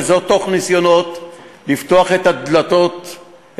וזאת תוך ניסיונות לפתוח את הדלתות,